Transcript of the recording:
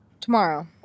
Tomorrow